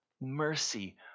mercy